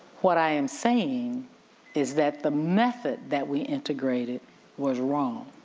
what i am saying is that the method that we integrated was wrong.